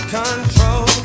control